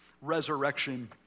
resurrection